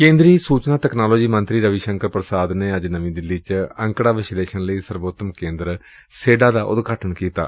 ਕੇਂਦਰੀ ਸੁਚਨਾ ਤਕਨਾਲੋਜੀ ਮੰਤਰੀ ਰਵੀ ਸ਼ੰਕਰ ਪੁਸਾਦ ਨੇ ਅੱਜ ਨਵੀਂ ਦਿੱਲੀ ਚ ਅੰਕੜਾ ਵਿਸ਼ਲੇਸ਼ਣ ਲਈ ਸਰਵੋਤਮ ਕੇਂਦਰ ਸੇਡ ਦਾ ਉਦਘਾਟਨ ਕੀਤੈ